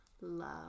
love